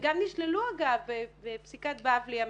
וגם נשללו, אגב, בפסיקת בבלי המפורסמת.